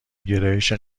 گرایش